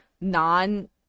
non